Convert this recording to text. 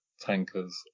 tankers